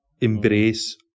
embrace